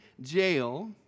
jail